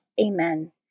Amen